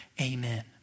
Amen